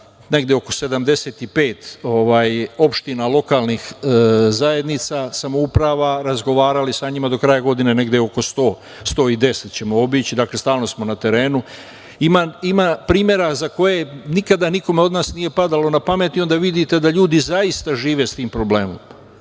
negde oko 75 opština lokalnih zajednica, samouprava, do kraja godine, negde oko 100, 110, dakle stalno smo na terenu i ima primera za koje nikada nikome od nas nije padalo na pamet i onda vidite da ljudi zaista žive sa tim problemom,